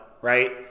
right